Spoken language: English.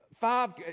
Five